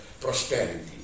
prosperity